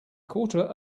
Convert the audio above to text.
quarter